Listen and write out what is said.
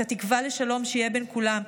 את התקווה לשלום שיהיה בין כולם,